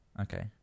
Okay